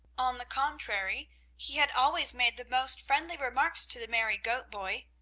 on the contrary he had always made the most friendly remarks to the merry goat-boy.